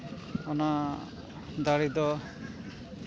ᱚᱱᱟ ᱫᱟᱲᱮ ᱫᱚ